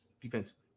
defensively